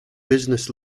business